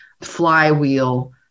flywheel